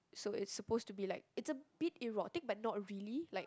so it supposed be like it's a bit erotic but not really like